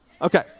Okay